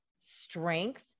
strength